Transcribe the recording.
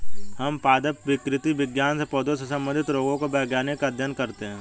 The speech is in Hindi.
हम पादप विकृति विज्ञान में पौधों से संबंधित रोगों का वैज्ञानिक अध्ययन करते हैं